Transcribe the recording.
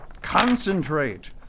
Concentrate